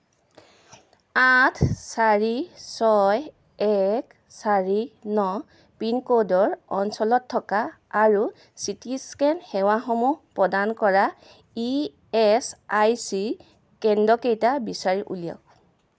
আঠ চাৰি ছয় এক চাৰি ন পিনক'ডৰ অঞ্চলত থকা আৰু চিটি স্কেন সেৱাসমূহ প্ৰদান কৰা ই এচ আই চি কেন্দ্ৰকেইটা বিচাৰি উলিয়াওক